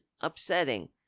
upsetting